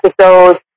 episodes